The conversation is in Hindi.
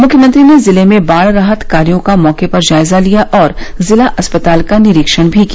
मुख्यमंत्री ने जिले में बाढ़ राहत कार्यो का मौके पर जायजा लिया और जिला अस्पताल का निरीक्षण भी किया